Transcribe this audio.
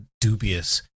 dubious